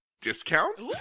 discount